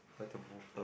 how to move